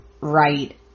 right